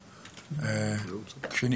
התיעוד,